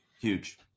Huge